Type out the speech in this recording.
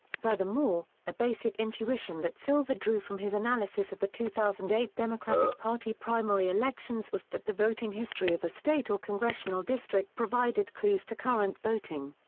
furthermore, a basic intuition that silver drew from his analysis of the two thousand and eight democratic party primary elections was that the voting history of a state or congressional district provided clues to current voting.